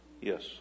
Yes